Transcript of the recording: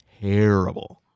terrible